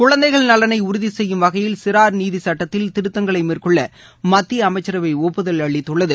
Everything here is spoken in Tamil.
குழந்தைகள் நலனை உறுதிசெய்யும் வகையில் சிறார் நீதி சுட்டத்தில் திருத்தங்களை மேற்கொள்ள மத்திய அமைச்சரவை ஒப்புதல் அளித்துள்ளது